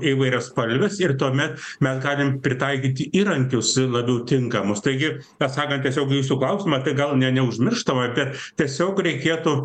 įvairiaspalves ir tuomet mes galim pritaikyti įrankius labiau tinkamus taigi atsakant tiesiog į jūsų klausimą tai gal ne neužmirštama kad tiesiog reikėtų